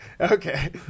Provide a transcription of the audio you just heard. Okay